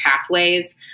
pathways